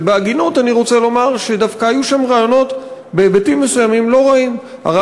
ובהגינות אני רוצה לומר שדווקא היו שם רעיונות לא רעים בהיבטים מסוימים.